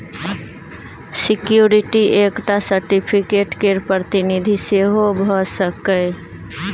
security एकटा certificate केर प्रतिनिधि सेहो भ सकैए